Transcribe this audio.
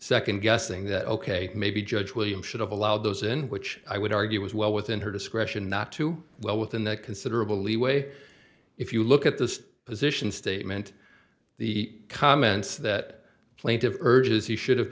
second guessing that ok maybe judge william should have allowed those in which i would argue was well within her discretion not to well within that considerable leeway if you look at the position statement the comments that plaintive urges you should have